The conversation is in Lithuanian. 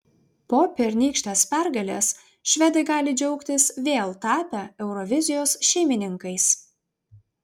po pernykštės pergalės švedai gali džiaugtis vėl tapę eurovizijos šeimininkais